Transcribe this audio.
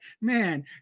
man